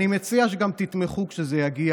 אני מציע שגם תתמכו כשזה יגיע,